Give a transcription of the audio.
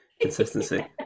consistency